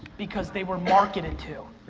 because they were marketed to.